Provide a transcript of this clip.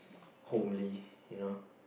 homely you know